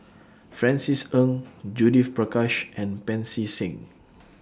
Francis Ng Judith Prakash and Pancy Seng